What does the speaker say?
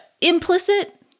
implicit